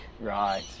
Right